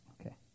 Okay